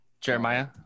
Jeremiah